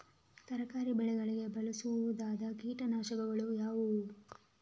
ತರಕಾರಿ ಬೆಳೆಗಳಿಗೆ ಬಳಸಬಹುದಾದ ಕೀಟನಾಶಕಗಳು ಯಾವುವು?